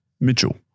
Mitchell